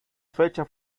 fecha